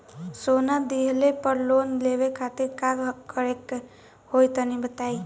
सोना दिहले पर लोन लेवे खातिर का करे क होई तनि बताई?